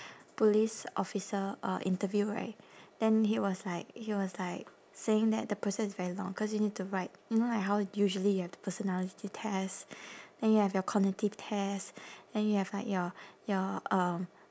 police officer uh interview right then he was like he was like saying that the process is very long cause you need to write you know like how usually you have the personality test then you have your cognitive test then you have like your your um